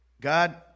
God